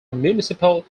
municipal